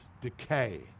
decay